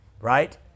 right